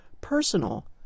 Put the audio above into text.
personal